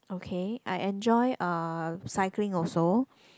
okay I enjoy uh cycling also